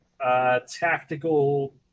tactical